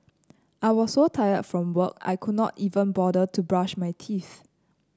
I was so tired from work I could not even bother to brush my teeth